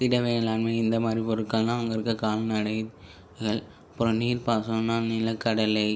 திட வேளாண்மை இந்தமாதிரி பொருட்கள்னால் அங்கே இருக்க கால்நடை கள் அப்பறம் நீர் பாசனம்னா நிலக்கடலை